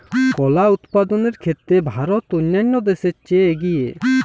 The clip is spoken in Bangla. কলা উৎপাদনের ক্ষেত্রে ভারত অন্যান্য দেশের চেয়ে এগিয়ে